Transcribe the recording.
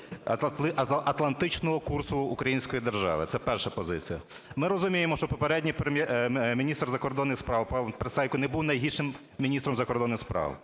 євроатлантичного курсу української держави. Це перша позиція. Ми розуміємо, що попередній міністр закордонних справ пан Пристайко не був найгіршим міністром закордонних справ.